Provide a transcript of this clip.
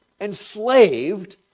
enslaved